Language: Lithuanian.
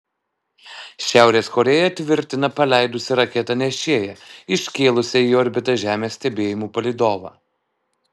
šiaurės korėja tvirtina paleidusi raketą nešėją iškėlusią į orbitą žemės stebėjimų palydovą